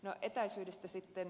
no etäisyydestä sitten